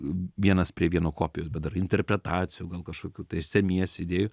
vienas prie vieno kopijos bet dar interpretacijų gal kažkokių tai semiesi idėjų